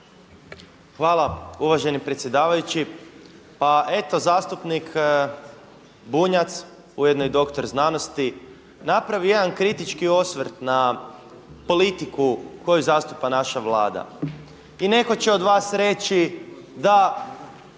Hvala uvaženi predsjedavajući. Pa eto zastupnik Bunjac ujedno i doktor znanosti napravi jedan kritički osvrt na politiku koju zastupa naša Vlada i neko će od vas reći da,